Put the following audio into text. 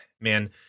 man